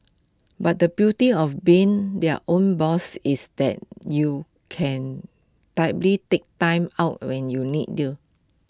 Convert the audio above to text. but the beauty of being their own boss is that you can take Time Out when you need to